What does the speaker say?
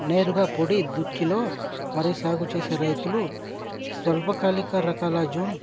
నేరుగా పొడి దుక్కిలో వరి సాగు చేసే రైతులు స్వల్పకాలిక రకాల జూన్